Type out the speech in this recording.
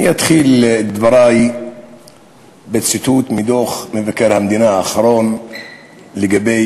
אני אתחיל את דברי בציטוט מדוח מבקר המדינה האחרון לגבי